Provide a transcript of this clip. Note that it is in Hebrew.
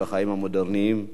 בחיים המודרניים.